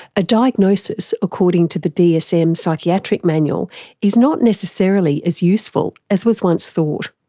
a diagnosis according to the dsm psychiatric manual is not necessarily as useful as was once thought.